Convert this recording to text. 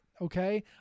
Okay